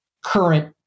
current